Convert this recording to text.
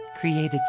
created